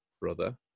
brother